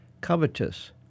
covetous